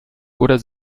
oder